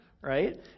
right